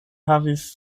havis